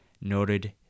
noted